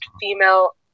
female